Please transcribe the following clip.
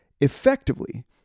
Effectively